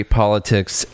politics